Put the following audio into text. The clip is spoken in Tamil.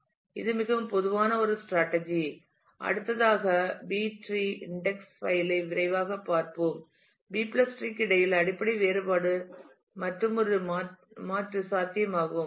எனவே இது மிகவும் பொதுவான ஒரு ஸ்ட்ராடஜி அடுத்ததாக B டிரீ இன்டெக்ஸ் பைல் ஐ விரைவாகப் பார்ப்போம் இது B டிரீற்கு இடையிலான அடிப்படை வேறுபாடு மற்றொரு மாற்று சாத்தியமாகும்